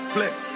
Flex